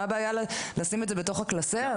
מה הבעיה לשים את זה בתוך הקלסר?